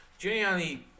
Giuliani